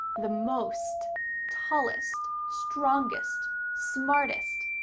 the most tallest, strongest, smartest.